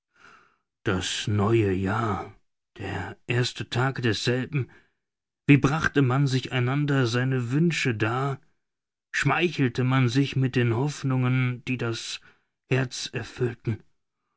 das neue jahr der erste tag desselben wie brachte man sich einander seine wünsche dar schmeichelte man sich mit den hoffnungen die das herz erfüllten